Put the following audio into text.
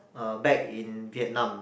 uh back in Vietnam